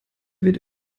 weht